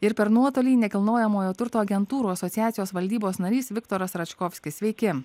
ir per nuotolį nekilnojamojo turto agentūrų asociacijos valdybos narys viktoras račkovskis sveiki